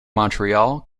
montreal